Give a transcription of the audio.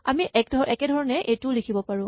আমি একেধৰণে এইটোও লিখিব পাৰো